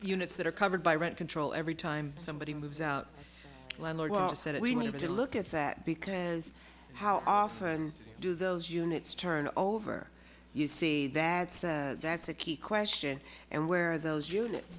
units that are covered by rent control every time somebody moves out landlord said we have to look at that because how often do those units turn over you see that that's a key question and where those unit